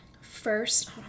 first